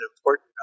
important